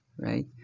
right